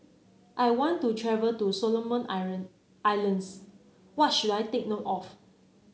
I want to travel to Solomon Islands what should I take note of